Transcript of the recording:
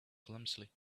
clumsily